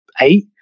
eight